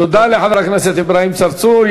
תודה לחבר הכנסת אברהים צרצור.